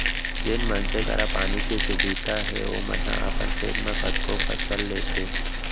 जेन मनसे करा पानी के सुबिधा हे ओमन ह अपन खेत म कतको फसल लेथें